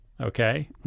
Okay